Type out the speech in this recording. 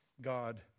God